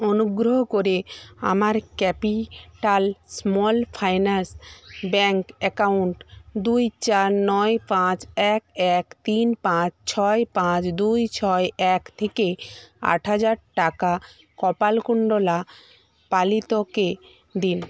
অনুগ্রহ করে আমার capital small finance bank account দুই চার নয় পাঁচ এক এক তিন পাঁচ ছয় পাঁচ দুই ছয় এক থেকে আট হাজার টাকা কপালকুণ্ডলা পালিতকে দিন